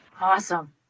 awesome